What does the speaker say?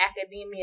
academia